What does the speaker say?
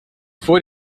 vor